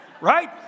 Right